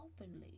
openly